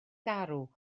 garw